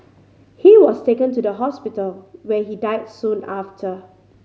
he was taken to the hospital where he died soon after